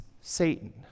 Satan